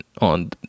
on